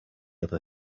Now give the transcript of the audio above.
other